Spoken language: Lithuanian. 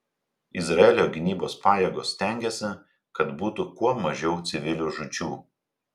izraelio gynybos pajėgos stengiasi kad būtų kuo mažiau civilių žūčių